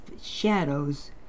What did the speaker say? shadows